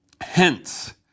Hence